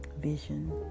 vision